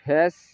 face